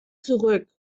zurück